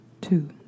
two